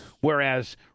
whereas